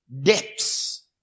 depths